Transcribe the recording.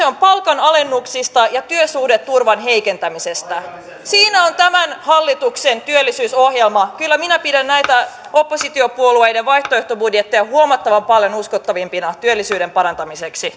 on palkanalennuksista ja työsuhdeturvan heikentämisestä siinä on tämän hallituksen työllisyysohjelma kyllä minä pidän näitä oppositiopuolueiden vaihtoehtobudjetteja huomattavan paljon uskottavampina työllisyyden parantamiseksi